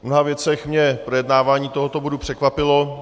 V mnoha věcech mě projednávání tohoto bodu překvapilo.